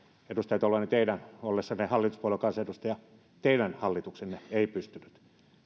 edustaja tolvanen teidän ollessanne hallituspuolueen kansanedustaja teidän hallituksenne ei pystynyt